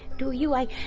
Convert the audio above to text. do you like